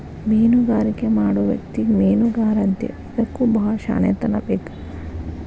ಮೇನುಗಾರಿಕೆ ಮಾಡು ವ್ಯಕ್ತಿಗೆ ಮೇನುಗಾರಾ ಅಂತೇವಿ ಇದಕ್ಕು ಬಾಳ ಶ್ಯಾಣೆತನಾ ಬೇಕ